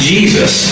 Jesus